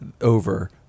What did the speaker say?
over